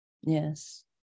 yes